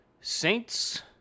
Saints